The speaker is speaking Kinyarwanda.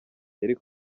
yari